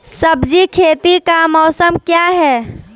सब्जी खेती का मौसम क्या हैं?